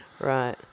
Right